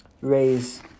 raise